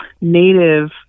native